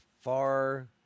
far